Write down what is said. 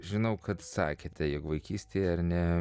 žinau kad sakėte jog vaikystėje ar ne